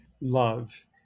love